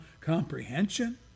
comprehension